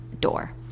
door